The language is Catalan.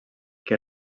que